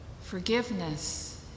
Forgiveness